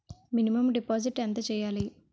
Minimum deposit ఎంత చెయ్యాలి?